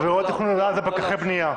עבירות תכנון ובנייה זה פקחי בנייה.